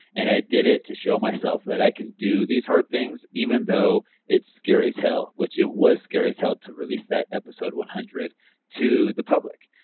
and i did it to show myself that i can do these hard things, even though it's scary as hell, which it was scary as hell to release that episode one hundred to the public.